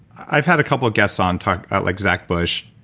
i've had a couple guests on talk. like zach bush,